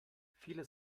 viele